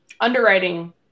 underwriting